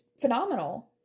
phenomenal